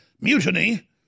Mutiny